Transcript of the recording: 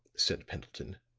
said pendleton,